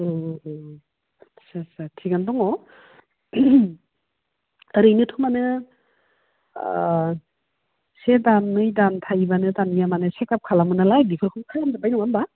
आस्सा आस्सा थिखआनो दङ ओरैनोथ' माने से दान नै दान थायोब्लानो थारमाने चेकआप खालामो नालाय बेखौ खालामजोब्बाय नङा होमब्ला